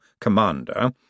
Commander